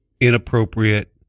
inappropriate